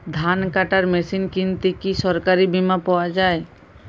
ধান কাটার মেশিন কিনতে কি সরকারী বিমা পাওয়া যায়?